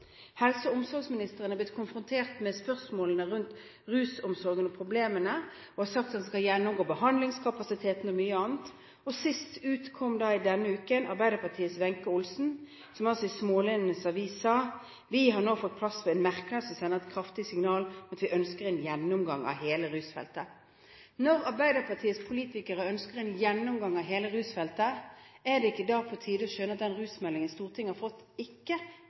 Helse- og omsorgsministeren har blitt konfrontert med spørsmålene rundt rusomsorgen og problemene og har sagt at han skal gjennomgå behandlingskapasiteten og mye annet. Sist ut kom Arbeiderpartiets Wenche Olsen denne uken, som i Smaalenenes Avis sa: «Vi har nå fått på plass en merknad som sender et kraftig signal om at vi ønsker en gjennomgang av hele rusfeltet.» Når Arbeiderpartiets politikere ønsker en gjennomgang av hele rusfeltet, er det ikke da på tide å skjønne at den rusmeldingen Stortinget har fått, ikke